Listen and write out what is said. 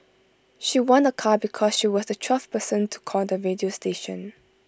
she won A car because she was the twelfth person to call the radio station